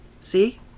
See